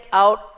out